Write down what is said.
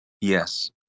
Yes